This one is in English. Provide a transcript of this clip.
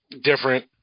different